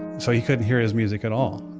so, he couldn't hear his music at all.